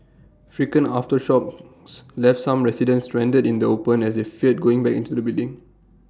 frequent aftershocks left some residents stranded in the open as they feared going back into the buildings